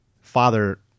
father